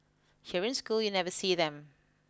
here in school you never see them